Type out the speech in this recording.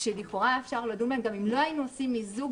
שלכאורה היה אפשר לדון בהן גם אם לא היינו עושים מיזוג,